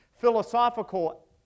Philosophical